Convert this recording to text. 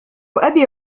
أبي